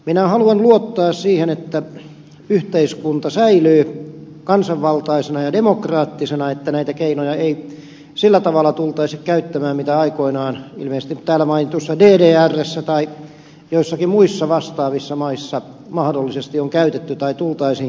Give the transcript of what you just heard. minä haluan luottaa siihen että yhteiskunta säilyy kansanvaltaisena ja demokraattisena että näitä keinoja ei sillä tavalla tultaisi käyttämään kuin aikoinaan ilmeisesti täällä mainitussa ddrssä tai joissakin muissa vastaavissa maissa mahdollisesti on käytetty tai tultaisiin käyttämään